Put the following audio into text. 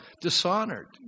dishonored